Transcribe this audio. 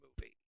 movie